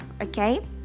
okay